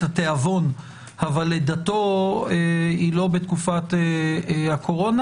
התיאבון אבל לידתו היא לא בתקופת הקורונה.